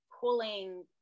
pulling